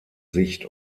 sicht